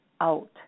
out